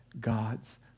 God's